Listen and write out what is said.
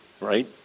right